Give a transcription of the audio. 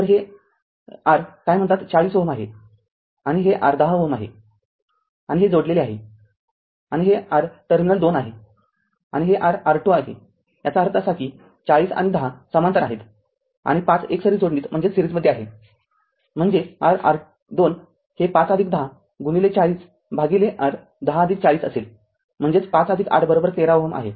तर हे r r आहे काय म्हणतात ४०Ω आहे आणि हे r१० Ω आहे आणि हे जोडलेले आहे आणि हे r टर्मिनल २ आहे आणि हे r R२आहे याचा अर्थ असा की ४० आणि १० समांतर आहेत आणि ५ एकसरी जोडणीत आहे म्हणजेच r R२ हे ५१० गुणिले ४० भागिले r १०४० असेल म्हणजेच ५८ १३ Ω आहे